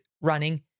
running